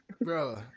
bro